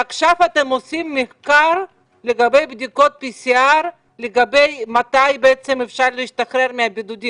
שעכשיו אתם עושים מחקר לגבי בדיקות P.C.R. לגבי מתי בעצם אפשר להשתחרר מהבידוד.